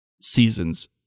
seasons